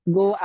go